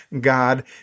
God